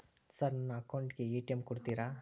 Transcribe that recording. Sir ನನ್ನ account ಗೆ ATM ಕೊಡುತ್ತೇರಾ?